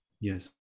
yes